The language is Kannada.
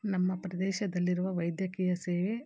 ನಮ್ಮ ಪ್ರದೇಶದಲ್ಲಿರುವ ವೈದ್ಯಕೀಯ ಸೇವೆ